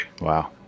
Wow